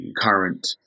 current